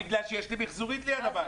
כי יש לי מיחזורית ליד הבית.